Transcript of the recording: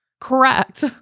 Correct